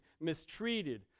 mistreated